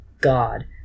god